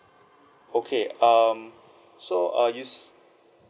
okay um so uh you s~